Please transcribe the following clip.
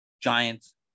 Giants